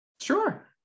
sure